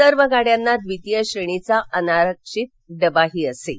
सर्व गाड्यांना द्वीतीय श्रेणीचा अनारक्षित डबाही असेल